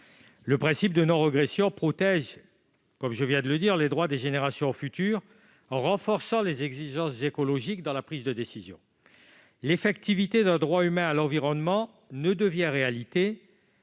Le principe de non-régression protège les droits des générations futures en renforçant les exigences écologiques dans la prise de décision. L'effectivité d'un droit humain à l'environnement ne devient réalité